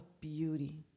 beauty